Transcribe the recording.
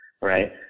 right